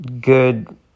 good